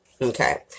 Okay